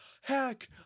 Heck